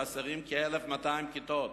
חסרות כ-1,200 כיתות.